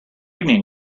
evening